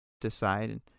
decide